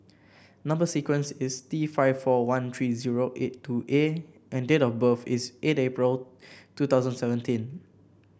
number sequence is T five four one three zero eight two A and date of birth is eight April two thousand seventeen